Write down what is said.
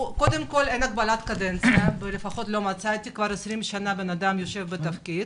אין הגבלת קדנציה, כבר 20 שנה בן אדם בתפקיד.